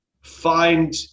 find